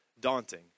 daunting